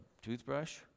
toothbrush